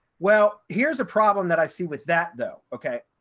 well, here's a problem that i see with that though. okay?